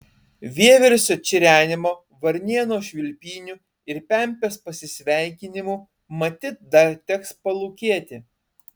vieversio čirenimo varnėno švilpynių ir pempės pasisveikinimų matyt dar teks palūkėti